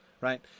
right